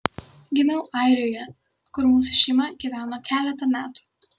gimiau airijoje kur mūsų šeima gyveno keletą metų